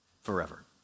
forever